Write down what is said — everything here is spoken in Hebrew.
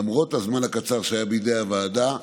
למרות הזמן הקצר שהיה בידי הוועדה,